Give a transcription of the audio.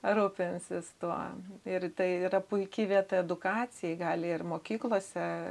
rūpinsis tuo ir tai yra puiki vieta edukacijai gali ir mokyklose